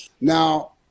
Now